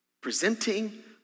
presenting